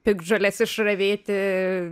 piktžoles išravėti